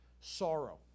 sorrow